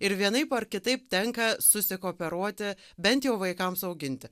ir vienaip ar kitaip tenka susikooperuoti bent jau vaikams auginti